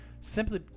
Simply